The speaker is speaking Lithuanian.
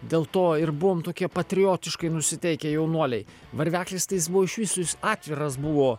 dėl to ir buvom tokie patriotiškai nusiteikę jaunuoliai varveklis tais jis buvo iš viso jis atviras buvo